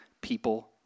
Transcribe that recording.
people